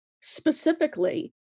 Specifically